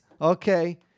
okay